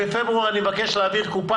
בפברואר אני מבקש לעבור קופה